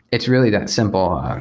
it's really that's simple.